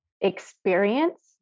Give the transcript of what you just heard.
experience